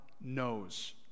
knows